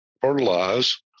fertilize